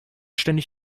ständig